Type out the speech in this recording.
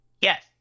Yes